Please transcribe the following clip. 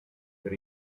per